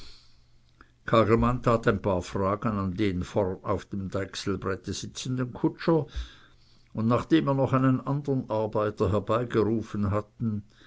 ein paar fragen an den vorn auf dem deichselbrette sitzenden kutscher und nachdem er noch einen andern arbeiter herbeigerufen hatte